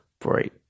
break